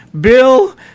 Bill